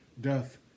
death